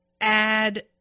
add